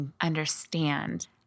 understand